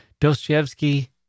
Dostoevsky